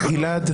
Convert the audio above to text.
גלעד.